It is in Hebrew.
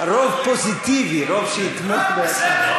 רוב פוזיטיבי, רוב שיתמוך בהצעה.